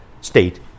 state